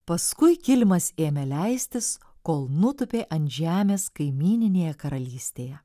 paskui kilimas ėmė leistis kol nutūpė ant žemės kaimyninėje karalystėje